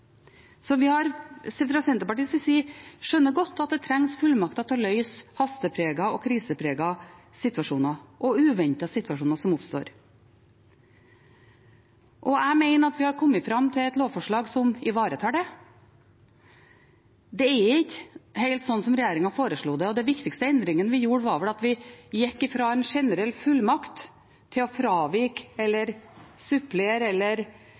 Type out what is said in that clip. Vi skjønner godt, fra Senterpartiets side, at det trengs fullmakter til å løse hastepregede og krisepregede og uventede situasjoner som oppstår, og jeg mener at vi har kommet fram til et lovforslag som ivaretar det. Det er ikke helt slik som regjeringen foreslo det. Den viktigste endringen vi gjorde, var vel at vi gikk fra en generell fullmakt til å fravike, supplere eller